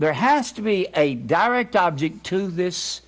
there has to be a direct object to this